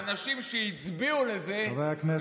האנשים שהצביעו לזה, חבר הכנסת שטרן.